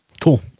Cool